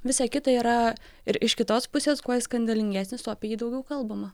visa kita yra ir iš kitos pusės kuo jis skandalingesnis tuo apie jį daugiau kalbama